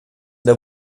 der